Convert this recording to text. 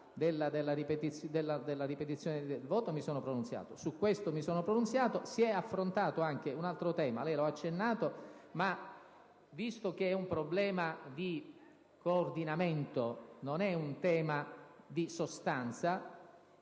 della ripetizione del voto mi sono pronunziato; su questo mi sono pronunziato. Si è poi affrontato anche un altro tema, come è stato accennato, ma, dal momento che è un problema di coordinamento e non un tema di sostanza,